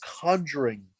conjuring